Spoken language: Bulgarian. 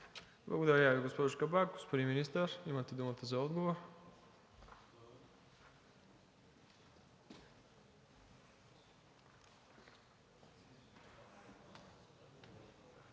Благодаря Ви, госпожо Кабак. Господин Министър, имате думата за отговор.